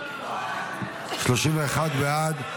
31 בעד,